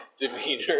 demeanor